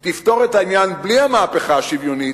תפתור את העניין בלי המהפכה השוויונית,